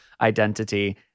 identity